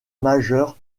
majeur